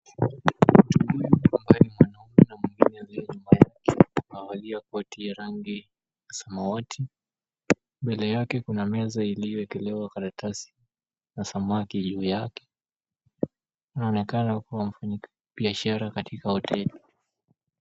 Mtu huyo ambaye ni mwanamume na mwingine aliye nyuma yake amevalia koti ya rangi ya samawati. Mbele yake kuna meza iliyowekelewa karatasi na samaki juu yake. Anaonekana kuwa mfanyabiashara katika hoteli.